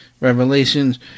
Revelations